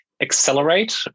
Accelerate